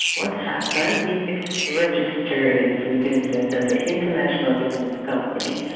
what happened, depix registered in st vincent as an international business company,